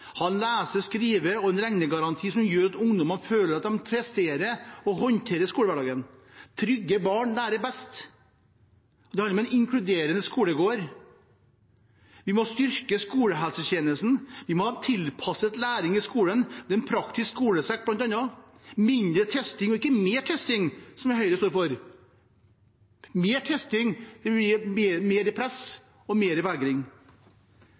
en lese-, skrive og regnegaranti som gjør at ungdommene føler at de presterer og håndterer skolehverdagen. Trygge barn lærer best. Det handler om en inkluderende skolegård. Vi må styrke skolehelsetjenesten. Vi må ha tilpasset læring i skolen, en praktisk skolesekk bl.a., med mindre testing – og ikke mer testing, som Høyre står for. Mer testing vil gi mer press og mer vegring.